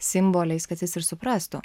simboliais kad jis ir suprastų